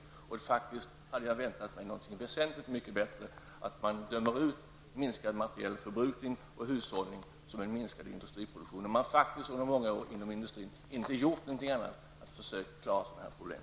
Jag hade faktiskt väntat mig något väsentligt mycket bättre än att man dömer ut minskad materiell förbrukning och hushållning såsom en minskning av industriproduktionen, när man inom industrin under många år inte har gjort någonting annat än att försöka klara av sådana här problem.